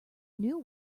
new